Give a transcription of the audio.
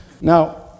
Now